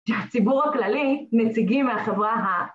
שהציבור הכללי מנציגים מהחברה ה...